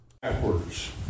Backwards